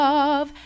Love